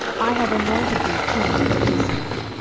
i have anointed thee king over israel.